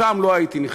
לשם לא הייתי נכנס.